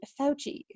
Fauci